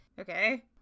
Okay